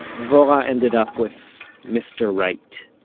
dvorah ended up with mister right